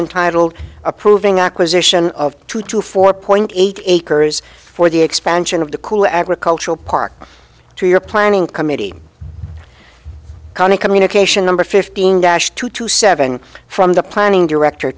untitled approving acquisition of two to four point eight acres for the expansion of the cool agricultural park to your planning committee county communication number fifteen dash two to seven from the planning director